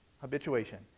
Habituation